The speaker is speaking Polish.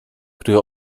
które